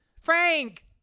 Frank